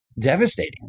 devastating